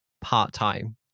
part-time